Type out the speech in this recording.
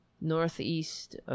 northeast